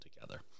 together